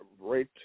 right